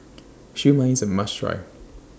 Siew Mai IS A must Try